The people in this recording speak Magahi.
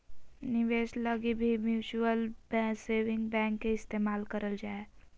निवेश लगी भी म्युचुअल सेविंग बैंक के इस्तेमाल करल जा हय